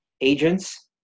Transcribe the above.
agents